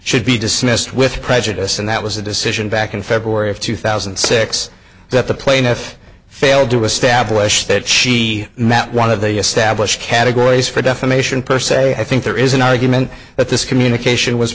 should be dismissed with prejudice and that was a decision back in february of two thousand and six that the plaintiff failed to establish that she met one of the established categories for defamation per se i think there is an argument that this communication was